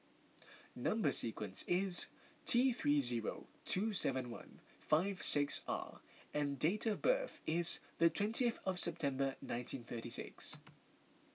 Number Sequence is T three zero two seven one five six R and date of birth is the twentieth of September nineteen thirty six